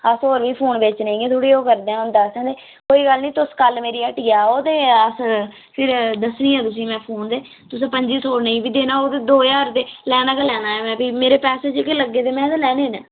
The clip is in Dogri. अस होर बी फोन बेचने इ'यां थोह़्ड़ी ओह् करदे न हुंदा कोई गल्ल नि तुस कल मेरी हट्टियै आओ ते अस फिर दस्सनी आं तुसेंगी में फ़ोन ते तुसें पंजी सौ नेईं बी देना होग दो ज्हार लैना गै लैना मेरे पैसे जेह्के लग्गे दे में ते लैने न